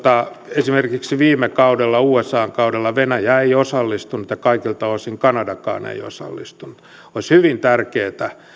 esimerkiksi viime kaudella usan kaudella venäjä ei osallistunut ja kaikilta osin kanadakaan ei osallistunut olisi hyvin tärkeätä